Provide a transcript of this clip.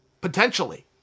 potentially